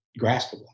graspable